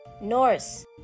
Norse